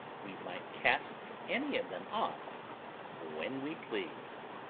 we might cast any of them off when we pleased.